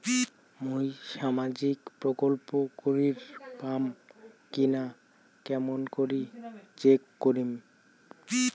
মুই সামাজিক প্রকল্প করির পাম কিনা কেমন করি চেক করিম?